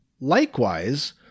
Likewise